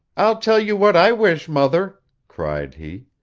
i'll tell you what i wish, mother cried he.